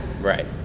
right